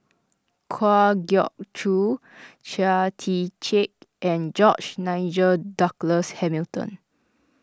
Kwa Geok Choo Chia Tee Chiak and George Nigel Douglas Hamilton